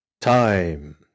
Time